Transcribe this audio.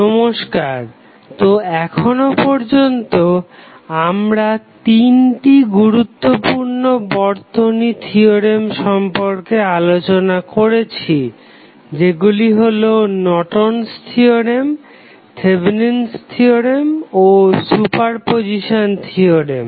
নমস্কার তো এখনও পর্যন্ত আমরা তিনটি গুরুত্বপূর্ণ বর্তনী থিওরেম সম্পর্কে আলোচনা করেছি যেগুলি হলো Norton's theorem Nortons theorem Thevenin's theorem Thevenins theorem ও সুপারপজিসান থিওরেম